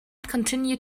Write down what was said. continued